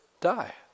die